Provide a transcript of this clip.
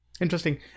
Interesting